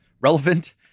relevant